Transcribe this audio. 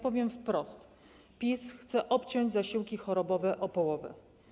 Powiem wprost: PiS chce obciąć zasiłki chorobowe o połowę.